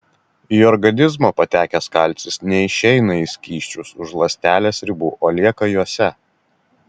į organizmą patekęs kalcis neišeina į skysčius už ląstelės ribų o lieka jose